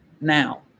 now